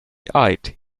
eyed